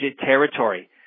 territory